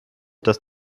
dass